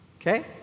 Okay